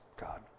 God